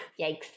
yikes